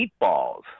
meatballs